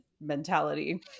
mentality